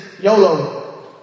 YOLO